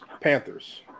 Panthers